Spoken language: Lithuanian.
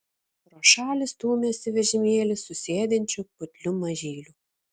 pro šalį stūmėsi vežimėlį su sėdinčiu putliu mažyliu